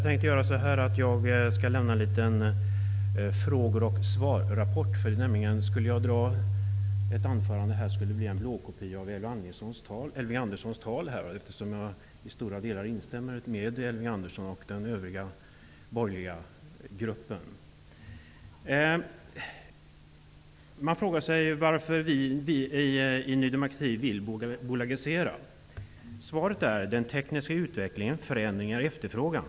Herr talman! Jag tänker lämna en liten fråge-ochsvar-rapport. Mitt anförande skulle annars bli en blåkopia av Elving Anderssons tal, eftersom jag till stora delar instämmer med Elving Andersson och den övriga borgerliga gruppen. Man frågar sig varför vi i Ny demokrati vill bolagisera. Svaret är: den tekniska utvecklingen och förändringarna i efterfrågan.